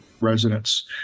residents